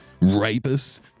rapists